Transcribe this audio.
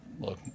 look